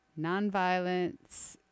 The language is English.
nonviolence